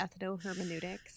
ethnohermeneutics